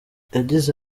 yagize